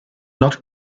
not